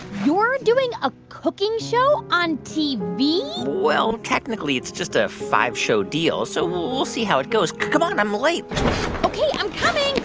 you're doing a cooking show on tv? well, technically, it's just a five-show deal. so we'll we'll see how it goes. come on. i'm late ok. i'm coming.